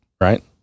right